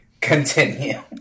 Continue